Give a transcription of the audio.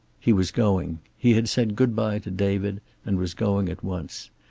he was going. he had said good-bye to david and was going at once.